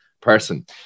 person